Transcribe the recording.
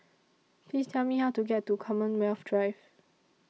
Please Tell Me How to get to Commonwealth Drive